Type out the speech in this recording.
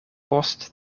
post